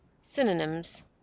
Synonyms